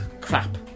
crap